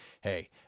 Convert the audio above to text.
hey